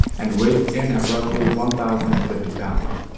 and weighs in at roughly one thousand and fifty lbs.